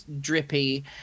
drippy